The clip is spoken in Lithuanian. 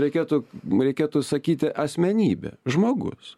reikėtų reikėtų sakyti asmenybė žmogus